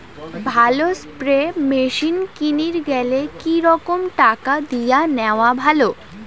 ভালো spray machine কিনির গেলে কি রকম টাকা দিয়া নেওয়া ভালো?